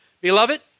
Beloved